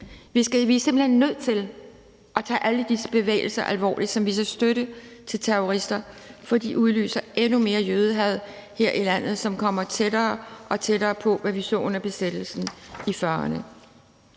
Vi er simpelt hen nødt til at tage alle disse bevægelser, som viser støtte til terrorister, alvorligt, for de udløser endnu mere jødehad her i landet, som kommer tættere og tættere på, hvad vi så under besættelsen i 1940'erne.